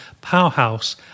Powerhouse